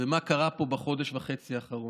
ומה קרה פה בחודש וחצי האחרון.